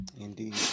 Indeed